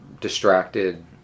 distracted